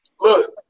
look